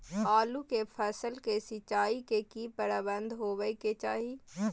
आलू के फसल के सिंचाई के की प्रबंध होबय के चाही?